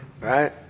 right